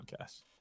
podcast